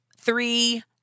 three